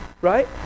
Right